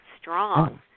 strong